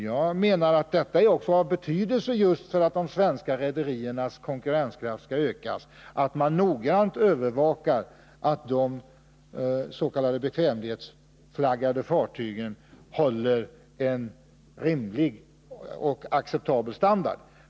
Jag menar att det är av betydelse för att de svenska rederiernas konkurrenskraft skall öka att man noggrant övervakar att de s.k. bekvämlighetsflaggade fartygen håller en rimlig och acceptabel standard.